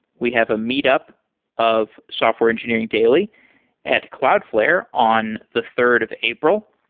we have a meet up of software engineering daily at cloudflare on the third of april.